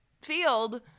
field